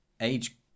age